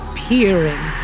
peering